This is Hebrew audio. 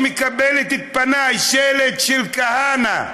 היא מקבלת את פניי בשלט של כהנא,